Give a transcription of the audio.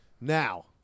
Now